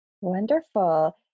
Wonderful